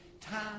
time